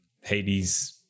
Hades